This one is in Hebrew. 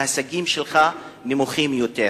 ההישגים שלך נמוכים יותר.